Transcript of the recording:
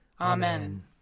Amen